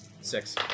Six